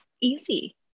easy